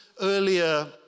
earlier